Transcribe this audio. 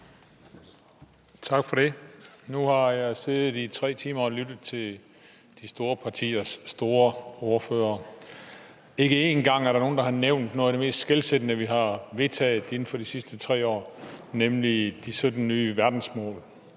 Tak for det. Nu har jeg siddet i 3 timer og lyttet til de store partiers store ordførere. Ikke én gang er der nogen, der har nævnt noget af det mest skelsættende, vi har vedtaget inden for de sidste 3 år, nemlig de 17 nye verdensmål.